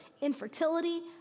infertility